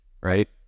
right